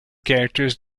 characters